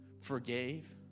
forgave